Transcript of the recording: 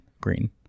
green